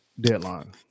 deadline